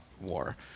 war